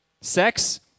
Sex